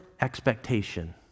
expectation